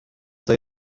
day